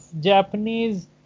Japanese